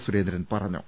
സുരേന്ദ്രൻ പറഞ്ഞു